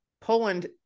poland